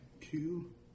Two